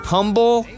Humble